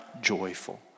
joyful